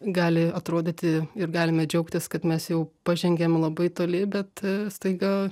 gali atrodyti ir galime džiaugtis kad mes jau pažengėm labai toli bet staiga